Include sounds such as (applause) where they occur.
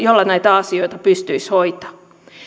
(unintelligible) jolla näitä asioita pystyisi hoitamaan